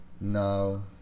no